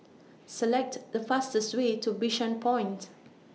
Select The fastest Way to Bishan Point